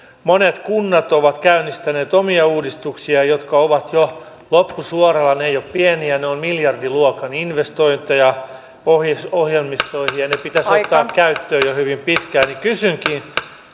monet kunnat ovat käynnistäneet omia uudistuksiaan jotka ovat jo loppusuoralla ne eivät ole pieniä ne ovat miljardiluokan investointeja ohjelmistoihin ja ne pitäisi ottaa käyttöön jo hyvin pian kysynkin